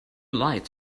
lights